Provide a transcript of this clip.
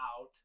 out